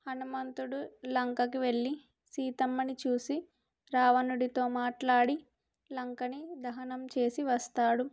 హనుమంతుడు లంకకి వెళ్లి సీతమ్మని చూసి రావణుడితో మాట్లాడి లంకని దహనం చేసి వస్తాడు